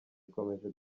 ikomeje